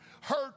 hurt